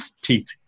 teeth